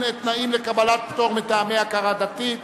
תנאים לקבלת פטור מטעמי הכרה דתית).